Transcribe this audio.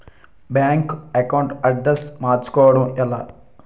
Bank account address మార్చుకోవడం ఎలా?